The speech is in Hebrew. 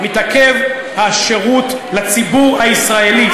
מתעכב השירות לציבור הישראלי.